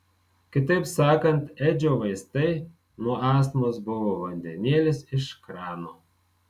kitaip sakant edžio vaistai nuo astmos buvo vandenėlis iš krano